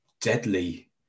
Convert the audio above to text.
deadly